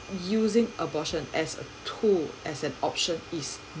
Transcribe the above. using abortion as a tool as an option is